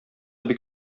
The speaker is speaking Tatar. бик